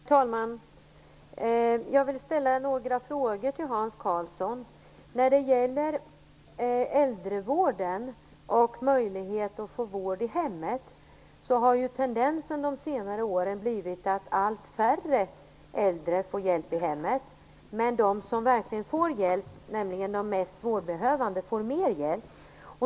Herr talman! Jag vill ställa några frågor till Hans Karlsson när det gäller äldrevården och möjligheten att få vård i hemmet. Tendensen har de senare åren varit att allt färre äldre får hjälp i hemmet, medan de som verkligen får hjälp, nämligen de mest vårdbehövande, får mer hjälp.